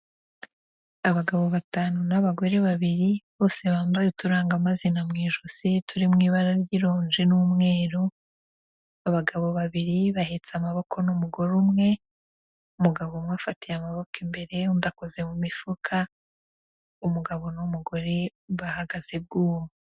Abagabo batanu n'abagore babiri bose bambaye uturangamazina mu ijosi turi mu ibara ry'ironje n'umweru, abagabo babiri bahetse amaboko n'umugore umwe, umugabo umwe afatiye amaboko imbere undi akoze mu mifuka, umugabo n'umugore bahagaze bwuma.